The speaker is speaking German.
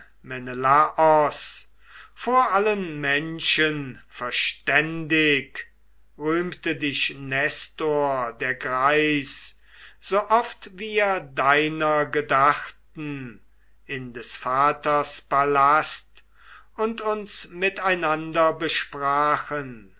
menelaos vor allen menschen verständig rühmte dich nestor der greis sooft wir deiner gedachten in des vaters palast und uns miteinander besprachen